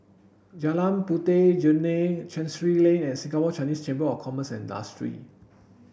Jalan Puteh Jerneh Chancery Lane and Singapore Chinese Chamber of Commerce and Industry